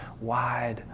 wide